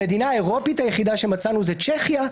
המדינה האירופית היחידה שמצאנו היא צ'כיה,